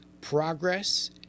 progress